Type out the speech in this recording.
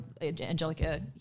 Angelica